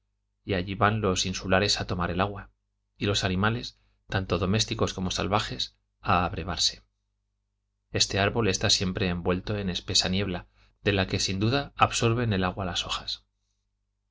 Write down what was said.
y allí van los insulares a tomar el agua y los animales tanto domésticos como salvajes a abrevarse este árbol está siempre envuelto en espesa niebla de la que sin duda absorben el agua las hojas